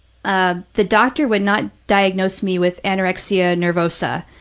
ah the doctor would not diagnose me with anorexia nervosa,